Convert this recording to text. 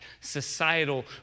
Societal